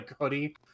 hoodie